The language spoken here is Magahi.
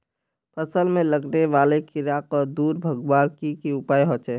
फसल में लगने वाले कीड़ा क दूर भगवार की की उपाय होचे?